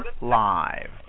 live